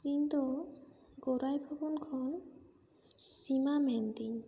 ᱤᱧ ᱫᱚ ᱜᱳᱨᱟᱭ ᱯᱩᱠᱩᱱ ᱠᱷᱚᱱ ᱥᱤᱢᱟ ᱢᱮᱱᱫᱟᱹᱧ